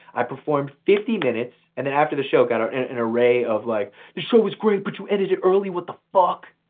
i performed fifty minutes and then after the show, got an array of like the show was great but you ended it early what the fuck.